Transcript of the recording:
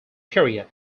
period